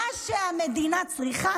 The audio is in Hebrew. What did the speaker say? מה שהמדינה צריכה,